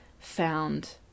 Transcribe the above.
found